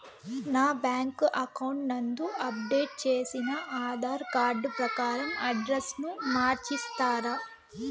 నా bank account నందు update చేసిన ఆధార్ కార్డు ప్రకారం అడ్రస్ ను మార్చిస్తారా?